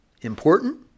Important